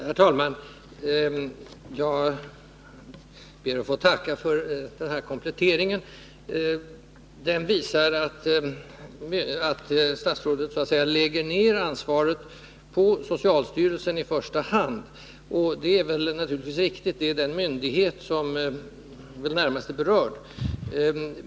Herr talman! Jag ber att få tacka för kompletteringen av svaret. Den visar att statsrådet i första hand lägger ansvaret på socialstyrelsen, och det är naturligtvis riktigt. Det är den myndighet som närmast är berörd.